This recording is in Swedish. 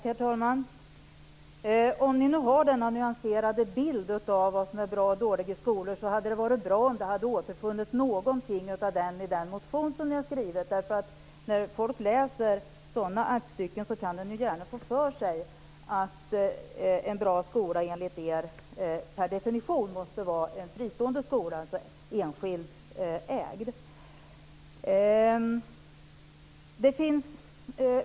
Herr talman! Om ni nu har denna nyanserade bild av vad som är goda och dåliga skolor, hade det varit bra om något av den hade återfunnits i den motion som ni har väckt. När folk läser sådana aktstycken kan de lätt för sig att en bra skola enligt er per definition måste vara en enskilt ägd fristående skola.